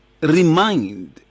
remind